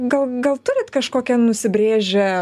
gal gal turit kažkokią nusibrėžę